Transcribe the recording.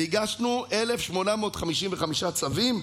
והגשנו 1,855 צווים.